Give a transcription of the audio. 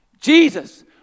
Jesus